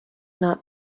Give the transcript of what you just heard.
not